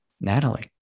Natalie